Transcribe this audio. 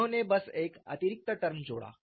उन्होंने बस एक अतिरिक्त टर्म जोड़ा